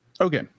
okay